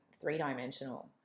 three-dimensional